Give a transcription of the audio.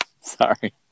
Sorry